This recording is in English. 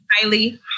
highly